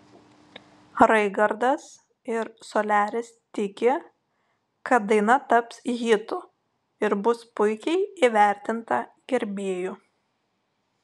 raigardas ir soliaris tiki kad daina taps hitu ir bus puikiai įvertinta gerbėjų